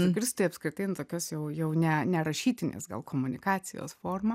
nugirsti apskritai nu tokias jau jau ne nerašytinės gal komunikacijos forma